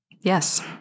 Yes